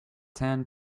ten